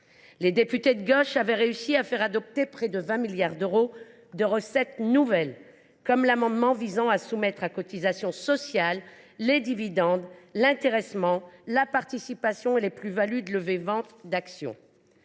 Les députés de gauche avaient réussi à faire adopter près de 20 milliards d’euros de recettes nouvelles, notamment au travers d’un amendement visant à soumettre à cotisations sociales les dividendes, l’intéressement, la participation et les plus values de levée vente d’actions.